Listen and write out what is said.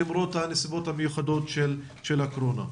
למרות הנסיבות המיוחדות של הקורונה.